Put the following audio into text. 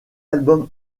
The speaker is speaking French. album